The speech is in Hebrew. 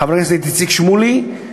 חברי הכנסת איציק שמולי,